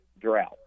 drought